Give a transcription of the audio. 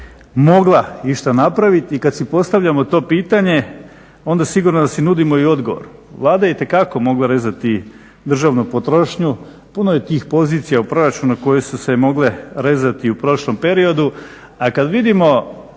mogla išta napraviti i kad si postavljamo to pitanje onda sigurno da si nudimo i odgovor. Vlada je itekako mogla rezati državnu potrošnju, puno je tih pozicija u proračunu koje su se mogle rezati u prošlom periodu a kad vidimo